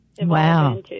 Wow